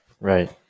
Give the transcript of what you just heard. right